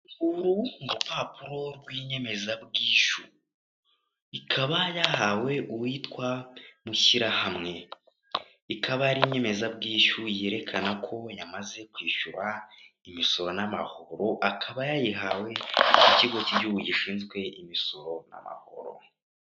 Uru ni urupapuro rw' inyemeza bwishyu. Ikaba yahawe uwitwa Bushyirahamwe ,ikaba ari inyemezabwishyu yerekana ko yamaze kwishyura imisoro n' amahoro , akaba yayihawe n' ikigo k' igihugu gishinzwe imisoro n' amahoro.